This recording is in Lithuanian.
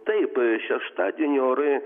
taip šeštadienį orai